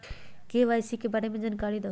KYC के बारे में जानकारी दहु?